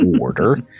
order